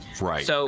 Right